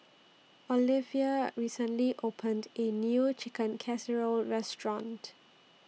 Oliva recently opened A New Chicken Casserole Restaurant